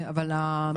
אבל המרשם.